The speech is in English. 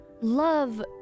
Love